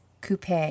Coupe